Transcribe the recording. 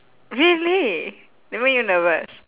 really they make you nervous